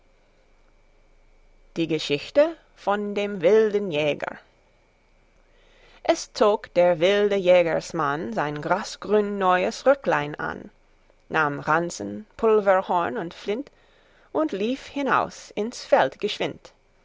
die geschichte vom wilden jäger es zog der wilde jägersmann sein grasgrün neues röcklein an nahm ranzen pulverhorn und flint und lief hinaus ins feld